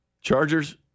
Chargers